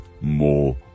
more